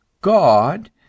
God